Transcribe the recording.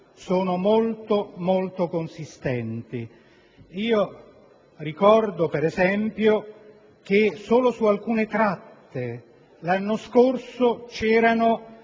sono molto consistenti. Ricordo, per esempio, che, solo su alcune tratte, l'anno scorso, nel